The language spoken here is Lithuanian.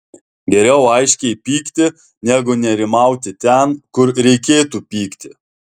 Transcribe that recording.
geriau aiškiai pykti negu nerimauti ten kur reikėtų pykti